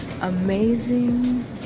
amazing